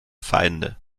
feinde